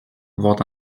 vont